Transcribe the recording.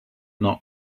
not